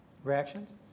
Reactions